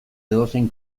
edozein